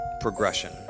progression